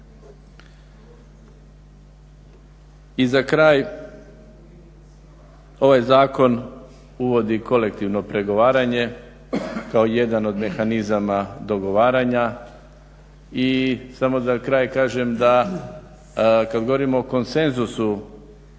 I za kraj ovaj zakon uvodi kolektivno pregovaranje kao jedan od mehanizama dogovaranja i samo za kraj da kažem kad govorimo o konsenzusu